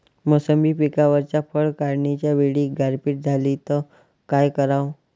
मोसंबी पिकावरच्या फळं काढनीच्या वेळी गारपीट झाली त काय कराव?